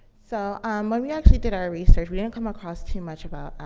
so, um, when we actually did our research, we didn't come across too much about,